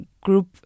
group